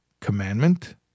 commandment